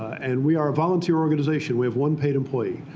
and we are a volunteer organization. we have one paid employee.